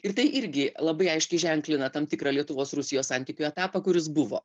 ir tai irgi labai aiškiai ženklina tam tikrą lietuvos rusijos santykių etapą kuris buvo